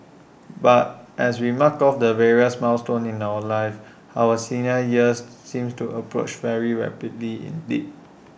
but as we mark off the various milestones of life our senior years seem to approach very rapidly indeed